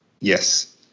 Yes